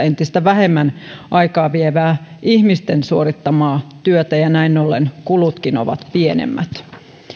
entistä vähemmän tehdään aikaa vievää ihmisten suorittamaa työtä ja näin ollen kulutkin ovat pienemmät